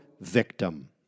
victim